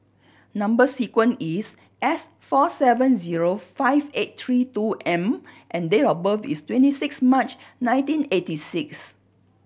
number sequence is S four seven zero five eight three two M and date of birth is twenty six March nineteen eighty six